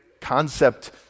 concept